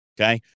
Okay